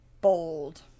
bold